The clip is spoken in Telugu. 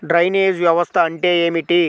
డ్రైనేజ్ వ్యవస్థ అంటే ఏమిటి?